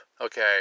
okay